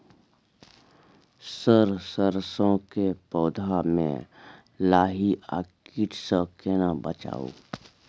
Sir सरसो के पौधा में लाही आ कीट स केना बचाऊ?